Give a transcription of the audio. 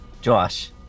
Josh